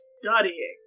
Studying